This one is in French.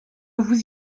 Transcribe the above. vous